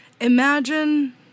imagine